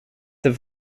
this